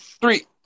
Three